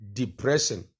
depression